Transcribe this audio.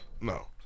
No